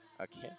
Okay